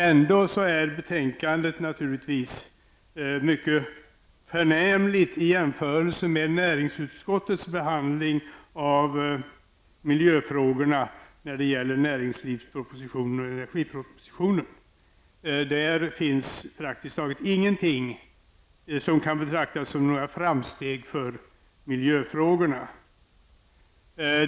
Ändå är betänkandet naturligtvis mycket förnämligt i jämförelse med näringsutskottets behandling av miljöfrågorna i samband med näringslivspropositionen och energipropositionen. Där finns praktiskt taget ingenting som kan betraktas som några framsteg för miljöfrågorna.